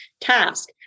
task